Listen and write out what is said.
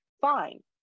Fine